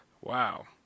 Wow